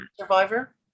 survivor